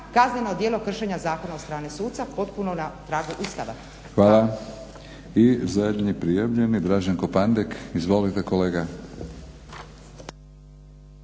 kazneno djelo kršenja zakona od strane suca potpuno na tragu Ustava. **Batinić, Milorad (HNS)** Hvala. I zadnji prijavljeni Draženko Pandek. Izvolite kolega.